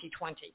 2020